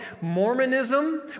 Mormonism